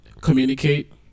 communicate